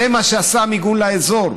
זה מה שעשה המיגון לאזור,